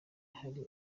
hari